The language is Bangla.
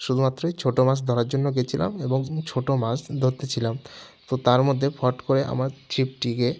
শুধুমাত্রই ছোটো মাছ ধরার জন্য গেছিলাম এবং ছোটো মাছ ধোত্তে ছিলাম তো তার মধ্যে ফট করে আমার ছিপটিকে